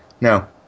No